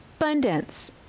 abundance